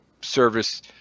service